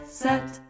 set